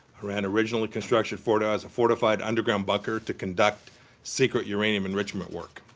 iran originally constructed fordow as a fortified, underground bunker to conduct secret uranium enrichment work,